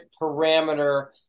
parameter